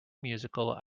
musical